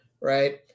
Right